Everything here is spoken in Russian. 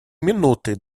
минуты